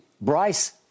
Bryce